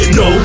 no